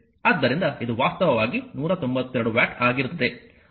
ಆದ್ದರಿಂದ ಇದು ವಾಸ್ತವವಾಗಿ 192 ವ್ಯಾಟ್ ಆಗಿರುತ್ತದೆ